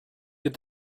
did